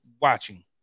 watching